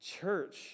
church